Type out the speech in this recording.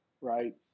right